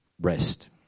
Rest